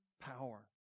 power